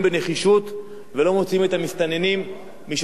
ולא מוציאים את המסתננים משטח מדינת ישראל.